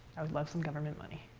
i would love some government money.